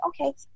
Okay